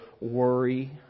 worry